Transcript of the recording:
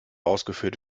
ausgeführt